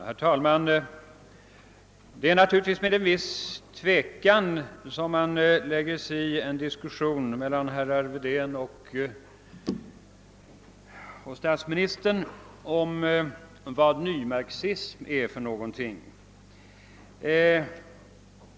Herr talman! Det är naturligtvis med en viss tvekan som man blandar sig i en diskussion mellan herr Wedén och statsministern om vad nymarxism är för någonting.